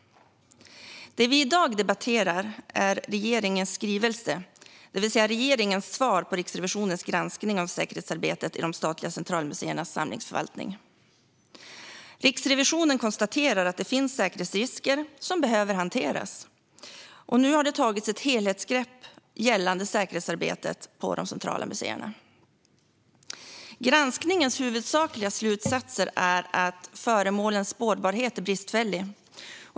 Det vi i dag debatterar är regeringens skrivelse, det vill säga regeringens svar på Riksrevisionens granskning av säkerhetsarbetet i de statliga centralmuseernas samlingsförvaltning. Riksrevisionen konstaterar att det finns säkerhetsrisker som behöver hanteras, och nu har det tagits ett helhetsgrepp gällande säkerhetsarbetet på de centrala museerna. Granskningens huvudsakliga slutsatser är: Föremålens spårbarhet är bristfällig.